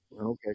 Okay